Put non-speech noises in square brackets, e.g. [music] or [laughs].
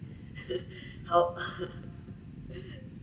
[laughs] help [laughs]